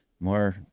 more